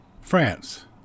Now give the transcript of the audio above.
France